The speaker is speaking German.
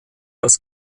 das